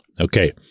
Okay